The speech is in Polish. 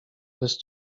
bez